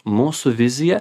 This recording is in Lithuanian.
mūsų vizija